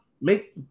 make